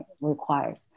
requires